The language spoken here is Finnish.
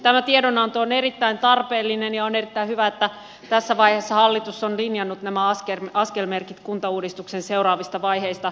tämä tiedonanto on erittäin tarpeellinen ja on erittäin hyvä että tässä vaiheessa hallitus on linjannut nämä askelmerkit kuntauudistuksen seuraavista vaiheista